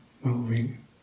moving